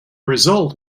result